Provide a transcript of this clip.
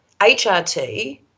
HRT